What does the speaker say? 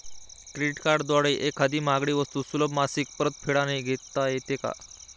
Credit कार्डद्वारे एखादी महागडी वस्तू सुलभ मासिक परतफेडने घेता येते का?